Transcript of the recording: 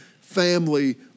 family